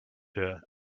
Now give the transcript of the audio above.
her